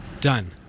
Done